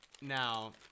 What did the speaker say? now